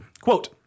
Quote